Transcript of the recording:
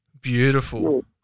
Beautiful